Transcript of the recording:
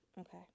okay